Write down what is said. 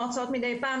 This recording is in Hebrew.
או הרצאות מדי פעם,